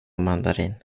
mandarin